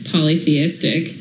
polytheistic